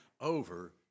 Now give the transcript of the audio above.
over